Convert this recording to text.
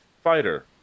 Fighter